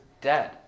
dead